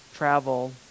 travel